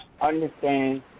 understand